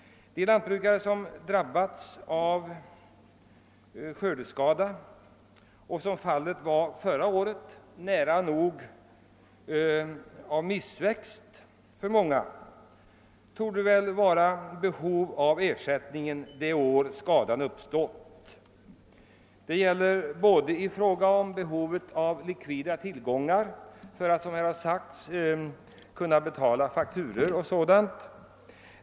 De lantbrukare som drabbats av skördeskador — förra året var skördeskadorna av sådan omfattning att man i många fall nära nog kunde tala om missväxt — torde vara i behov av ersättningen det år skadan uppstått. De har behov av likvida tillgångar för att, som här har sagts, kunna betala fakturor och sådant.